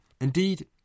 Indeed